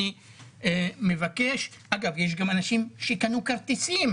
אגב, יש גם אנשים שקנו כרטיסים